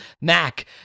Mac